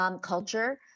Culture